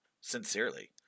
Sincerely